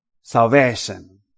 Salvation